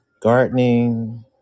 gardening